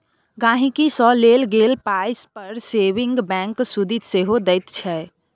गांहिकी सँ लेल गेल पाइ पर सेबिंग बैंक सुदि सेहो दैत छै